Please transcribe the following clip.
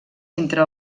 entre